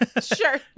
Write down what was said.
Sure